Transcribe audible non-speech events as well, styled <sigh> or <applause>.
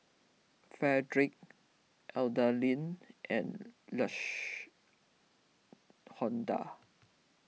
Fredrick Adalyn and Lash <noise> onda